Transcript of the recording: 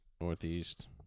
Northeast